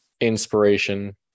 inspiration